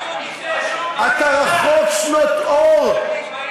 אתה רחוק שנות אור, פשוט תצא, תתבייש.